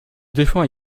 défends